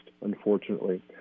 unfortunately